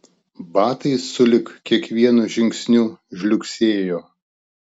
batai sulig kiekvienu žingsniu žliugsėjo